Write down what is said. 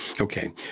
Okay